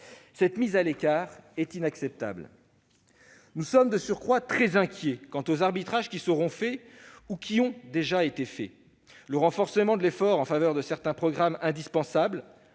Cette mise à l'écart est inacceptable. De surcroît, nous sommes très inquiets des arbitrages qui seront faits ou qui ont déjà été décidés. Le renforcement de l'effort en faveur de certains programmes indispensables-